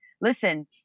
listen